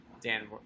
Dan